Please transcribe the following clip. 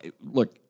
look